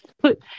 put